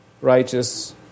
righteous